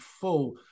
full